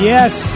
Yes